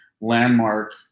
landmark